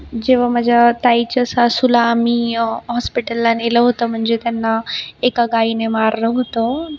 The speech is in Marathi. जेव्हा माझ्या ताईच्या सासूला आम्ही हॉस्पिटलला नेलं होतं म्हणजे त्यांना एका गाईने मारलं होतं